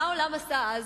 מה העולם עשה אז?